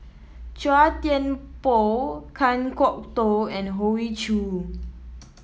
Chua Thian Poh Kan Kwok Toh and Hoey Choo